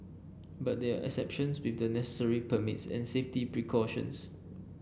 but there are exceptions with the necessary permits and safety precautions